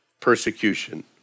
persecution